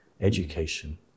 education